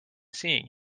seeing